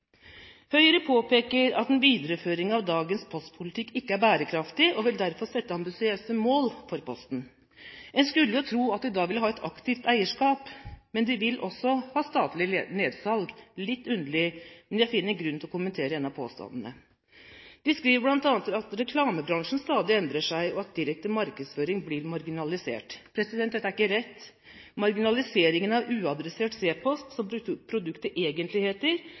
Høyre påpeker at en videreføring av dagens postpolitikk ikke er bærekraftig, og vil derfor sette ambisiøse mål for Posten. En skulle tro at de da ville ha et aktivt eierskap, men de vil også ha statlig nedsalg – litt underlig, men jeg finner grunn til å kommentere en av påstandene. De skriver bl.a. at reklamebransjen stadig endrer seg, og at direkte markedsføring blir marginalisert. Dette er ikke rett: Marginaliseringen av uadressert C-post, som produktet